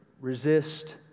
resist